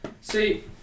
See